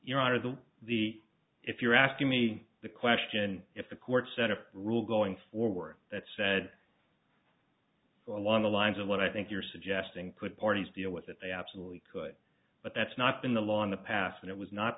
your honor the the if you're asking me the question if the court set a rule going forward that's sad along the lines of what i think you're suggesting put parties deal with it they absolutely could but that's not been the law in the past and it was not